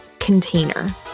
container